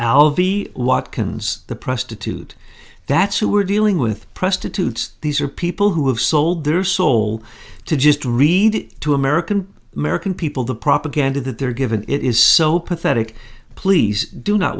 the watkins the prostitute that's who we're dealing with prostitutes these are people who have sold their soul to just read to american american people the propaganda that they're given it is so pathetic please do not